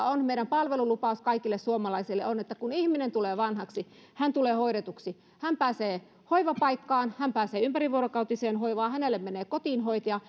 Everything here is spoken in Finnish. on meidän palvelulupaus kaikille suomalaisille on että kun ihminen tulee vanhaksi hän tulee hoidetuksi hän pääsee hoivapaikkaan hän pääsee ympärivuorokautiseen hoivaan hänelle menee kotiin hoitaja